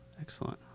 excellent